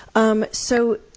um so,